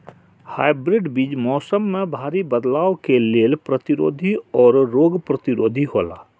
hybrid बीज मौसम में भारी बदलाव के लेल प्रतिरोधी और रोग प्रतिरोधी हौला